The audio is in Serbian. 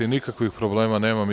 Nikakvih problema nemam.